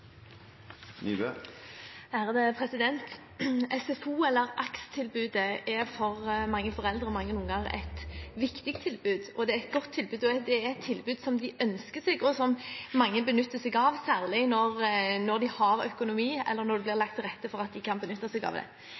mange unger et viktig tilbud. Det er et godt tilbud, det er et tilbud som de ønsker seg, og som mange benytter seg av, særlig når de har økonomi til det, eller når det blir lagt til rette for at de kan benytte seg av det. Men når det er så mange unger som går i SFO, er det ikke bare prisen som betyr noe; det